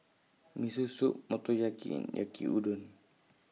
Miso Soup Motoyaki Yaki Udon